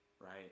right